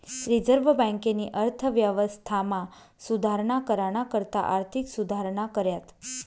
reserve बँकेनी अर्थव्यवस्थामा सुधारणा कराना करता आर्थिक सुधारणा कऱ्यात